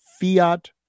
fiat